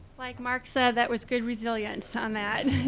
like mark said, that was good resilience on that.